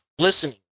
listening